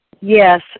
Yes